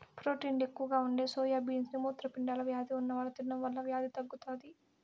ప్రోటీన్లు ఎక్కువగా ఉండే సోయా బీన్స్ ని మూత్రపిండాల వ్యాధి ఉన్నవారు తినడం వల్ల వ్యాధి తగ్గుతాది